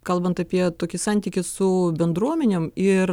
kalbant apie tokį santykį su bendruomenėm ir